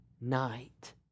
night